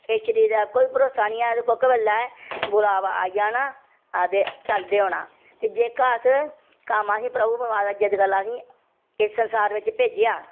इस शरीरे दा कोई भरोसा नी ऐ भाई कोह्के बेल्लै एह् बुलावा आई जाना ते चलदे होना ते जेहका अस कम्म असेंगी प्रभु परमात्मा जिस गल्ला असेंगी इस संसार बिच भेजेआ